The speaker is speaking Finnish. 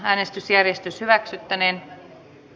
äänestysjärjestys hyväksyttiinen ne